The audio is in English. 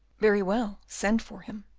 very well, send for him.